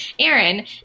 Aaron